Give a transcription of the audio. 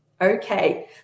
Okay